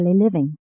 living